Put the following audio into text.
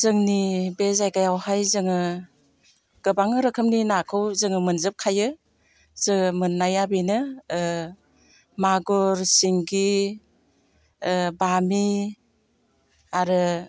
जोंनि बे जायगायावहाय जोङो गोबां रोखोमनि नाखौ जोङो मोनजोबखायो जोङो मोननाया बेनो मागुर सिंगि बामि आरो